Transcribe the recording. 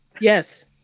Yes